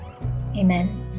Amen